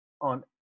on